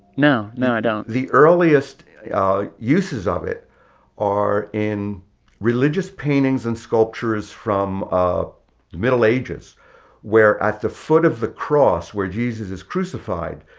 no. no, i don't the earliest uses of it are in religious paintings and sculptures from ah the middle ages where at the foot of the cross where jesus is crucified,